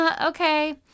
Okay